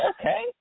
okay